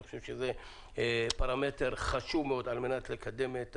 אני חושב שזה פרמטר חשוב מאוד על-מנת לקדם את